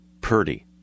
Purdy